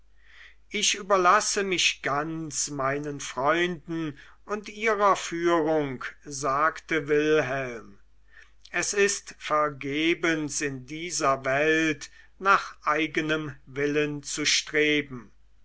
ich überlasse mich ganz meinen freunden und ihrer führung sagte wilhelm es ist vergebens in dieser welt nach eigenem willen zu streben